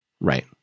Right